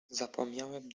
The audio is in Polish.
zapomniałem